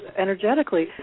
energetically